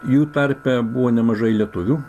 jų tarpe buvo nemažai lietuvių